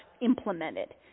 implemented